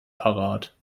parat